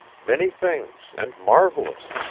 many things and marvelous.